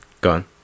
gone